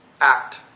act